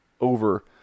over